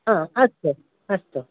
अस्तु अस्तु